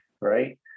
Right